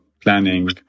planning